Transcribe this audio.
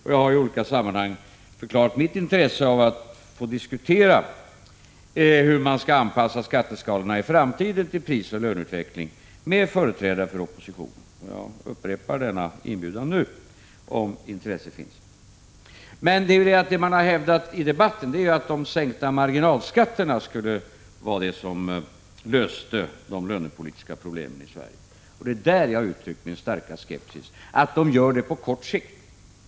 Jag har i olika sammanhang förklarat mitt intresse av att med företrädare för oppositionen få diskutera hur man i framtiden skall anpassa skatteskalorna till prisoch löneutveckling. Jag upprepar denna inbjudan nu, om intresse finns. Det man har hävdat i debatten är att de sänkta marginalskatterna skulle vara det som löste de lönepolitiska problemen i Sverige. Jag har uttryckt min starka skepsis mot att de gör det — på kort sikt.